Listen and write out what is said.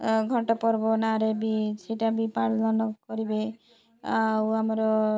ଘଣ୍ଟ ପର୍ବ ନାଁରେ ବି ସେଇଟା ବି ପାଳନ କରିବେ ଆଉ ଆମର